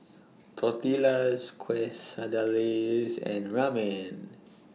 Tortillas Quesadillas and Ramen